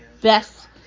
best